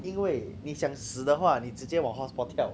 因为你想死的话你直接往 hotspot 跳